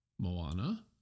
Moana